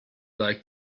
like